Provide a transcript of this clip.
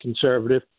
conservative